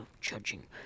judging